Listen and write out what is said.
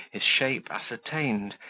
his shape ascertained,